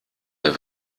der